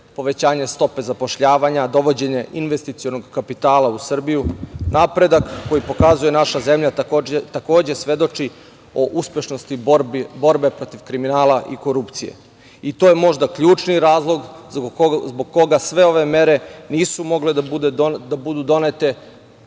povećanje stope zapošljavanja, dovođenje investicionog kapitala u Srbiju, napredak koji pokazuje naša zemlja, takođe, svedoči o uspešnosti borbe protiv kriminala i korupcije. To je možda ključni razlog zbog koga sve ove mere nisu mogle da budu donete,